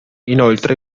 inoltre